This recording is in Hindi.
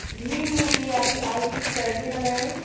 भीम यू.पी.आई आई.डी कैसे बनाएं?